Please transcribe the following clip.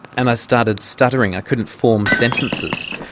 and i started stuttering, i couldn't form sentences.